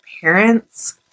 parents